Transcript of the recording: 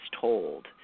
told